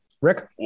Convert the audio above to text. Rick